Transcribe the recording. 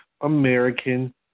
American